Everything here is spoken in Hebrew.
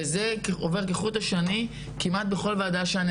וזה עובר כחוט השני כמעט בכל ועדשה שאני